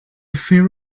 fear